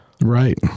Right